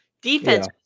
Defense